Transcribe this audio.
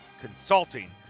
consulting